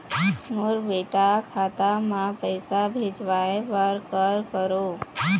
मोर बेटा खाता मा पैसा भेजवाए बर कर करों?